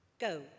Go